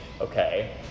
okay